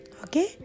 okay